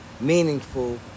meaningful